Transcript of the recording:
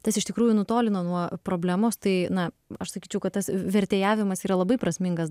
tas iš tikrųjų nutolina nuo problemos tai na aš sakyčiau kad tas vertėjavimas yra labai prasmingas